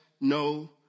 no